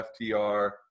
FTR